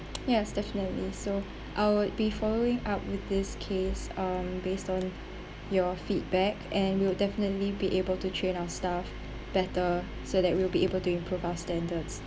yes definitely so I will be following up with this case um based on your feedback and we'll definitely be able to train our staff better so that we'll be able to improve our standards